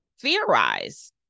theorize